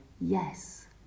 yes